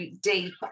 deep